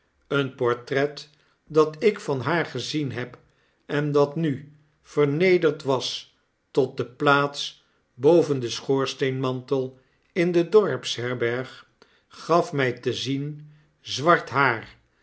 een portret dat ik van haar gezien hebendatnu vernederd was tot de plaats boven den schoorsteen mantel in de dorpsherberg gaf mij te zien zwart haar